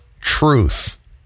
truth